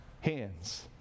hands